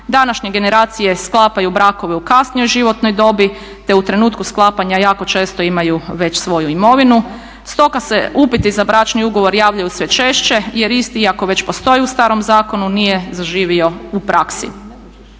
Današnje generacije sklapaju brakove u kasnijoj životnoj dobi, te u trenutku sklapanja jako često imaju već svoju imovinu. Stoga se upiti za bračni ugovor javljaju sve češće, jer isti ako već postoji u starom zakonu nije zaživio u praksi.